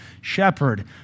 shepherd